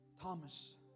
Thomas